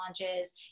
launches